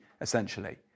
essentially